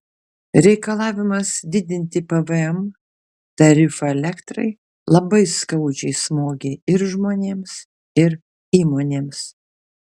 reikalavimas didinti pvm tarifą elektrai labai skaudžiai smogė ir žmonėms ir įmonėms